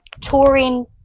touring